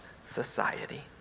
society